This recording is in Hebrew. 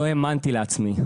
לא האמנתי לעצמי,